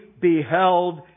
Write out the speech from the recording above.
beheld